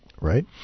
right